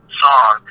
song